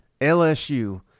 LSU –